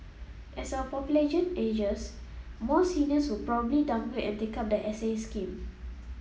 as our population ages more seniors would probably downgrade and take up the S A scheme